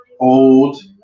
old